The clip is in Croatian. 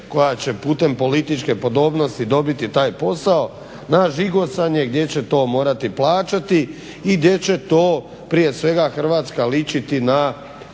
koja će putem političke podobnosti dobiti taj posao na žigosanje gdje će to morati plaćati i gdje će to prije svega Hrvatska ličiti na